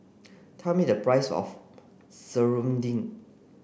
tell me the price of Serunding